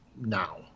now